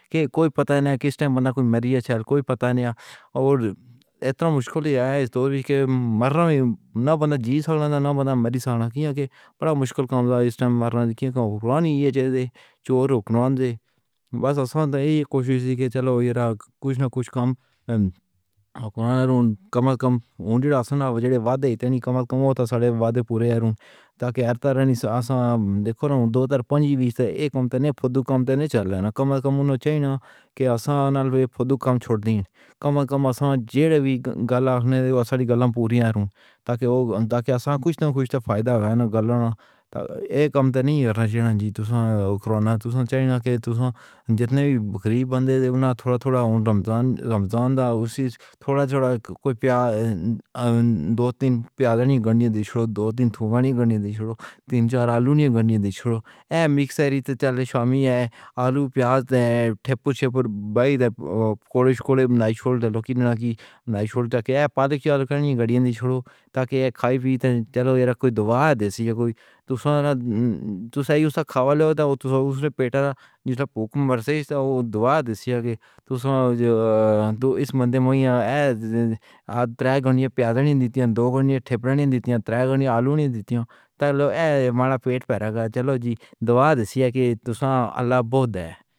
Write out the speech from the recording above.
کوئی پتا نہ کسٹےم بنا کوئی ماریا چل کوئی پتا نہیں اتنا مشکل تُوں سے مرنا نہیں۔ جیتنا بنا ماری سانہاں دے بڑا مشکل کم سی۔ اس ٹائم مرنا ہی چوڑ ہکمن دے۔ بس اصل وچ تاں ایہی کوشش سی کہ چلو یارا کجھ نہ کجھ کم اے۔ کمال کم ہوندا اصل والے۔ اتنا کماؤ تے سارے وعدے پورے تاں رہندا نہیں۔ دیکھو دوہزارپنجی توں اک تین فیر دو کم تیرے چلے نہ۔ کمال کم چاہیئے اصل والے اوہ خود کو کم چھوڑ دین۔ کما کم آسان جدوں وی گلا آپݨی اصلی گَل پوری تاں اوہ داغے اصل کجھ نہ کجھ تاں فائدہ اے ناں گلا۔ تاں ایہ کم نہیں رجت جی تسا کرونا تسا چاہیئے ناں کہ تسا۔ جتنے بھی غریب بندے تھوڑا تھوڑا رمضان، رمضان دا اوہی تھوڑا تھوڑا کوئی پیاز دو تین پیالے نہیں گھنٹے دے دو تین دھوپ نہیں گھنٹے تین چار آلو نہیں گھنٹے وچ چلے سوامی آلو پیاز ٹیپو تے بیٹھے کالج بنائی چھوڑ دے۔ لوکی ناں کی میں چھوڑدا ہاں۔ پنج گھڑیاں چھوڑو تاں کھاؤ پیو چلو کوئی دعا دیسی کوئی تسا۔ تسا کھاواں لو تاں اوندے وچ پیٹ دی بھکھ مر جاوے گی۔ دعا دیسی تاں ایس من وچ آج تین پیاز دی دیتا دو گھنٹے ٹپنی دیندے نیں۔ آلو نہیں دیندی تاں ایہ ملا پیٹ بھرا کر چلو جی دعا دیسی کہ تسا اللہ بہت اے۔